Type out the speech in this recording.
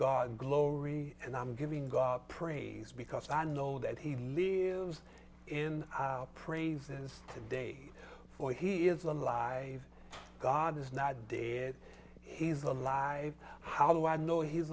god glory and i'm giving praise because i know that he lives in praises today for he is alive god is not there he's alive how do i know he's